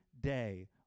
day